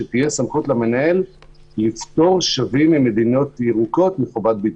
אז שתהיה למנהל סמכות לפטור שבים ממדינות ירוקות מחובת בידוד.